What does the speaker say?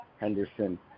Henderson